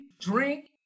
drink